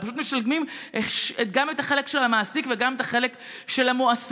הם פשוט משלמים גם את החלק של המעסיק וגם את החלק של המועסק,